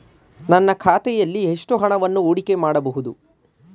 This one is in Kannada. ನನ್ನ ಖಾತೆಯಲ್ಲಿ ಎಷ್ಟು ಹಣವನ್ನು ಹೂಡಿಕೆ ಮಾಡಬಹುದು?